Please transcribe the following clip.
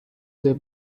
they